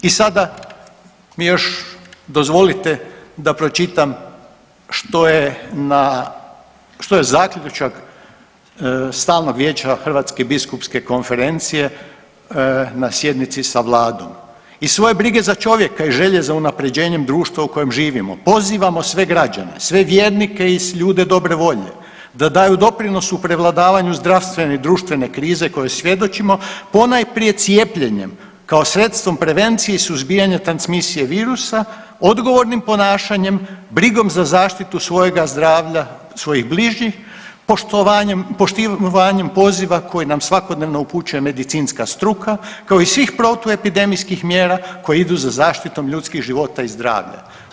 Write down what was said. I sada mi još dozvolite da pročitam što je na, što je zaključak stalnog vijeća Hrvatske biskupske konferencije na sjednici sa vladom i svoje brige za čovjeka i želje za unapređenjem društva u kojem živimo, pozivamo sve građane, sve vjernike i ljude dobre volje da daju doprinos u prevladavanju zdravstvene i društvene krize kojoj svjedočimo ponajprije cijepljenjem kao sredstvom prevencije i suzbijanja transmisije virusa, odgovornim ponašanjem, brigom za zaštitu svojega zdravlja, svojih bližnjih, poštovanjem, poštivanjem poziva koji nam svakodnevno upućuje medicinska struka kao i svih protuepidemijskih mjera koje idu za zaštitom ljudskih života i zdravlja.